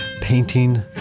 painting